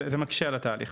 וזה מקשה על התהליך.